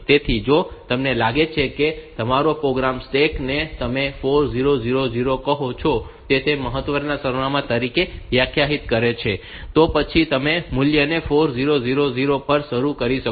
તેથી જો તમને લાગે કે તમારો પ્રોગ્રામ સ્ટેક ને તમે 4000 કહો છો તે મહત્તમ સરનામાં તરીકે વ્યાખ્યાયિત કરે તો પછી તમે મૂલ્યને 4000 પર શરૂ કરી શકો છો